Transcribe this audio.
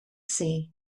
sea